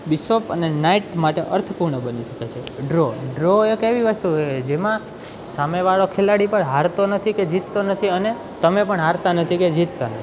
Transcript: bishop અને knight માટે અર્થપૂર્ણ બની શકે છે ડ્રો ડ્રો એક એવી વસ્તુ જેમાં સામેવાળો ખિલાડી પર હારતો નથી કે જીતતો નથી અને તમે પણ હારતા નથી કે જીતતા નથી